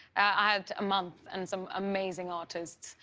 and a month and some amazing artists.